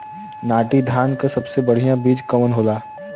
नाटी धान क सबसे बढ़िया बीज कवन होला?